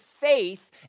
faith